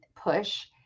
push